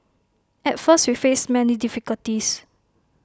at first we faced many difficulties